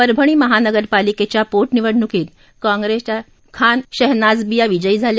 परभणी महानगर पालिकेच्या पोटनिवडणुकीत कॉंग्रेसच्या खान शहनाजबी या विजयी झाल्या